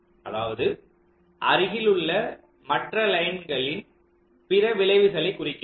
அதாவது அருகிலுள்ள மற்ற லைன்களின் பிற விளைவுகளை குறிக்கி றது